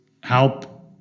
help